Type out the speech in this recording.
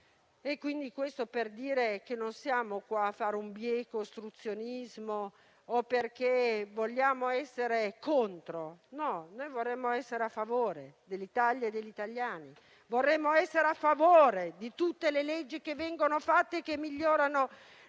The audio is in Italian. Questo è per dire che non siamo qua a fare un bieco ostruzionismo perché vogliamo essere contro. No, noi vorremmo essere a favore dell'Italia e degli italiani; vorremmo essere a favore di tutte le leggi che vengono fatte e che migliorano